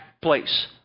place